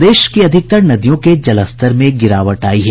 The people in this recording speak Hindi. प्रदेश की अधिकतर नदियों के जलस्तर में गिरावट आयी है